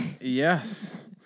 yes